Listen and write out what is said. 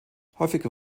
häufiger